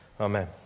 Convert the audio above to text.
Amen